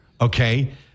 Okay